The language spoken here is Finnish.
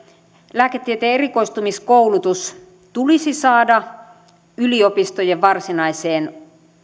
lääketieteen erikoistumiskoulutus tulisi saada yliopistojen varsinaiseen